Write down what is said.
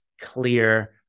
clear